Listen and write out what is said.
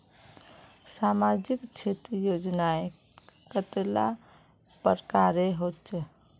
सामाजिक क्षेत्र योजनाएँ कतेला प्रकारेर होचे?